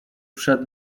przed